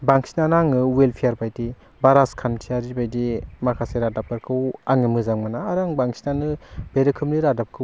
बांसिनानो आङो उल्द पियार बायदि बा राजखान्थियारि बायदियै माखासे रादाबफोरखौ आङो मोजां मोना आरो आं बांसिनानो बे रोखोमनि रादाबखौ